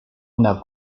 una